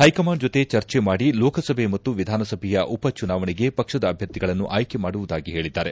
high command ಜೊತೆ ಚರ್ಚೆ ಮಾಡಿ ಲೋಕಸಭೆ ಮತ್ತು ವಿಧಾಸಭೆಯ ಉಪಚುನಾವಣೆಗೆ ಪಕ್ಷದ ಅಭ್ವರ್ಧಿಗಳನ್ನು ಆಯ್ಕೆ ಮಾಡುವುದಾಗಿ ಹೇಳಿದ್ದಾರೆ